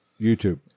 YouTube